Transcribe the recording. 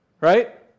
right